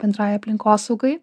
bendrai aplinkosaugai